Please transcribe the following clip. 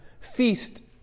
feast